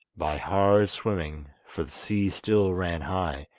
by hard swimming, for the sea still ran high,